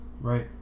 Right